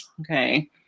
Okay